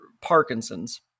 Parkinson's